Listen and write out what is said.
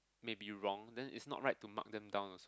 may be wrong then it's not right to mark them down also